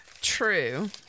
True